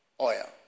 oil